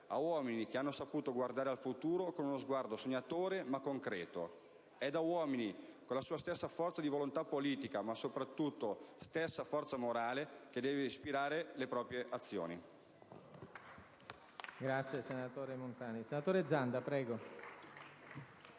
a uomini che hanno saputo guardare al futuro con uno sguardo sognatore ma concreto; ed è a uomini con la sua stessa forza di volontà politica, ma soprattutto con la stessa forza morale, che deve ispirare le proprie azioni.